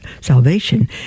salvation